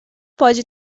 pode